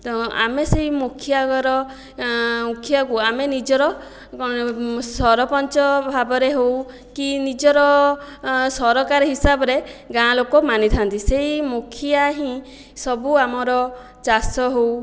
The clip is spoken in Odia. ତ ଆମେ ସେହି ମୁଖିଆର ମୁଖିଆକୁ ଆମେ ନିଜର କ'ଣ ସରପଞ୍ଚ ଭାବରେ ହେଉ କି ନିଜର ସରକାର ହିସାବରେ ଗାଁ ଲୋକ ମାନିଥାନ୍ତି ସେହି ମୁଖିଆ ହିଁ ସବୁ ଆମର ଚାଷ ହେଉ